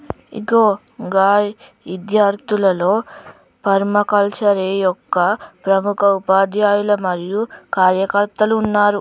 ఇగో గా ఇద్యార్థుల్లో ఫర్మాకల్చరే యొక్క ప్రముఖ ఉపాధ్యాయులు మరియు కార్యకర్తలు ఉన్నారు